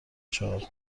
چهار